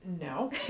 No